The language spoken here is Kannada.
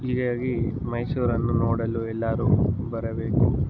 ಹೀಗಾಗಿ ಮೈಸೂರನ್ನು ನೋಡಲು ಎಲ್ಲರೂ ಬರಬೇಕು